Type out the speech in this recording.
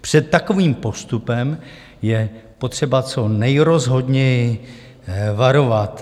Před takovým postupem je potřeba co nejrozhodněji varovat.